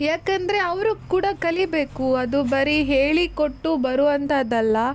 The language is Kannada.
ಯಾಕಂದರೆ ಅವರು ಕೂಡ ಕಲಿಬೇಕು ಅದು ಬರೀ ಹೇಳಿಕೊಟ್ಟು ಬರುವಂಥದ್ದಲ್ಲ